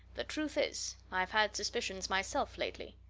the truth is, i've had suspicions myself lately.